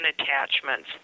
attachments